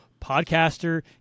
podcaster